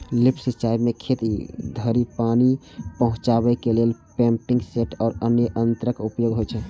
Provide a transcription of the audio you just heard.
lift सिंचाइ मे खेत धरि पानि पहुंचाबै लेल पंपिंग सेट आ अन्य यंत्रक उपयोग होइ छै